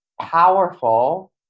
powerful